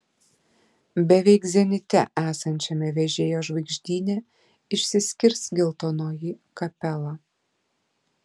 beveik zenite esančiame vežėjo žvaigždyne išsiskirs geltonoji kapela